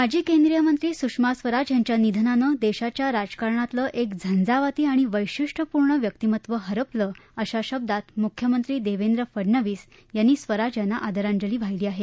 माजी केंद्रीय मंत्री सुषमा स्वराज यांच्या निधनानं देशाच्या राजकारणातलं एक झंझावाती आणि वैशिट्यपूर्ण व्यक्तिमत्व हरपलं अशा शब्दात मुख्यमंत्री देवेंद्र फडनवीस यांनी स्वराज यांना आदरांजली वाहिली आहे